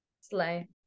slay